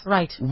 Right